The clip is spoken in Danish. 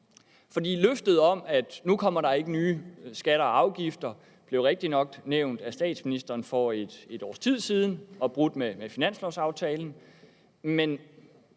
for løftet om, at der ikke ville komme nye skatter og afgifter, blev rigtigt nok nævnt af statsministeren for et års tid siden og brudt med finanslovsaftalen,